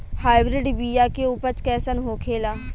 Hybrid बीया के उपज कैसन होखे ला?